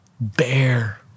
Bear